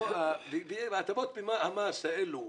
הטבות המס האלו,